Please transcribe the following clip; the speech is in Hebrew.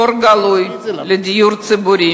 תור גלוי לדיור ציבורי